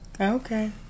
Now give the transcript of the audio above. Okay